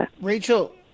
Rachel